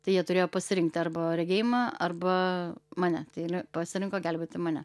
tai jie turėjo pasirinkti arba regėjimą arba mane tai ir pasirinko gelbėti mane